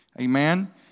Amen